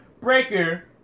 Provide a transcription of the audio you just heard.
Breaker